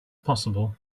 possible